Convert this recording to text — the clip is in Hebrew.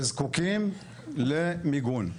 שזקוקים למיגון.